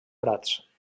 prats